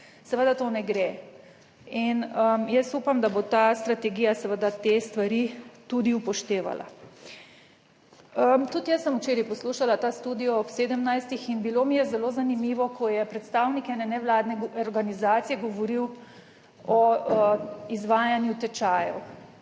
Seveda to ne gre. In jaz upam, da bo ta strategija seveda te stvari tudi upoštevala. Tudi jaz sem včeraj poslušala ta Studio ob 17. in bilo mi je zelo zanimivo, ko je predstavnik ene nevladne organizacije govoril o izvajanju tečajev.